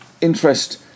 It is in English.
Interest